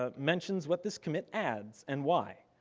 ah mentions what this commit adds and why.